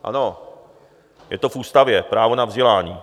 Ano, je to v ústavě, právo na vzdělání.